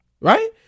right